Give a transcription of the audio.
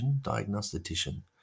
diagnostician